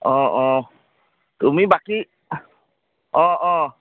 অঁ অঁ তুমি বাকী অঁ অঁ